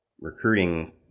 recruiting